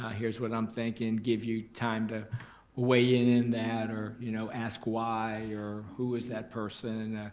here's what i'm thinking. give you time to weigh in in that or you know ask why or who is that person.